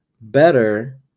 better